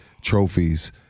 trophies